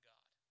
God